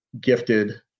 gifted